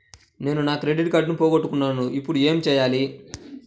నేను నా క్రెడిట్ కార్డును పోగొట్టుకున్నాను ఇపుడు ఏం చేయాలి?